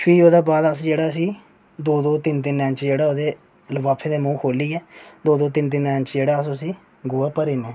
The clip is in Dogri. फ्ही ओह्दे बाद जेह्ड़ा अस इसी दौं दौं तिन तिन इंच जेह्ड़ा इसी अस लफाफे दे मूंह् खोल्लियै दौं दौं तिन तिन इंच अस जेह्ड़ा उसी अस गोहा भरी ओड़ने